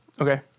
Okay